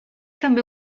també